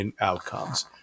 outcomes